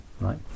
right